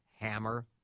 hammer